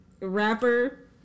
Rapper